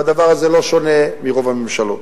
והדבר הזה לא שונה מרוב הממשלות.